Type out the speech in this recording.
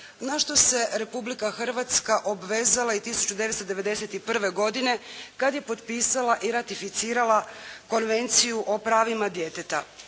na što se Republika Hrvatska obvezala i 1991. godine kad je potpisala i ratificirala Konvenciju o pravima djeteta.